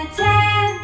ten